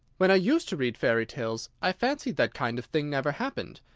when i used to read fairy-tales, i fancied that kind of thing never happened,